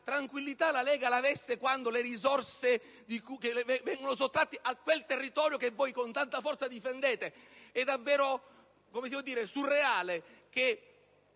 tranquillità la Lega l'avesse quando le risorse vengono sottratte a quel territorio che con tanta forza difende. È davvero surreale che